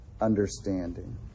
understanding